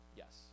yes